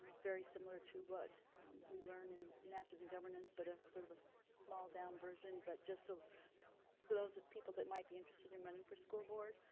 very similar to what we learn in masters and governance but a sort of a small down version but just so for those of people that might be interested in running for school board